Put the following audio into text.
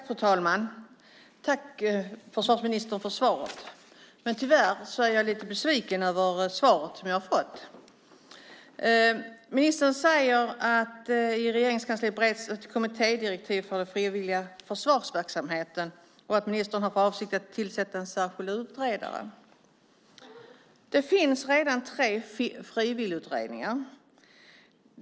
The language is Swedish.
Fru talman! Tack försvarsministern för svaret. Tyvärr är jag lite besviken över svaret som jag har fått. Ministern säger att det i Regeringskansliet bereds ett kommittédirektiv gällande frivillig försvarsverksamhet och att ministern har för avsikt att tillsätta en särskild utredare. Det finns redan tre frivilligutredningar.